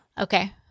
Okay